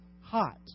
hot